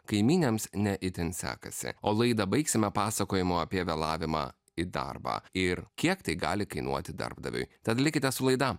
kaimynėms ne itin sekasi o laidą baigsime pasakojimu apie vėlavimą į darbą ir kiek tai gali kainuoti darbdaviui tad likite su laida